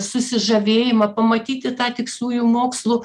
susižavėjimą pamatyti tą tiksliųjų mokslų